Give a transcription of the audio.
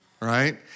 Right